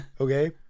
Okay